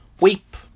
weep